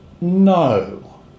No